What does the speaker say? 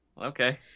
Okay